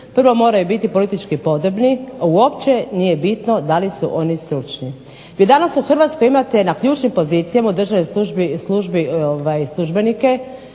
prvo moraju biti politički podobni, a uopće nije bitno da li su oni stručni. Vi danas u Hrvatskoj imate na ključnim pozicijama u državnoj službi